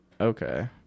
Okay